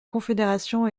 confédération